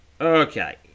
Okay